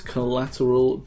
Collateral